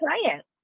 client